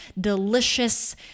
delicious